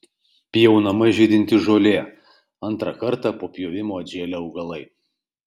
pjaunama žydinti žolė antrą kartą po pjovimo atžėlę augalai